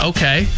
Okay